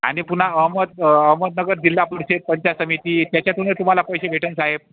आणि पुन्हा अहमद अहमदनगर जिल्हा पंचायत समिती त्याच्यातूनही तुम्हाला पैसे भेटंन साहेब